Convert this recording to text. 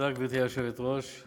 תועבר לוועדת העבודה, הרווחה והבריאות.